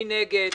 מי נגד?